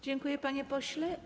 Dziękuję, panie pośle.